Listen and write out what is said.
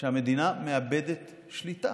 שהמדינה מאבדת שליטה,